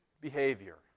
behavior